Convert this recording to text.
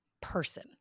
person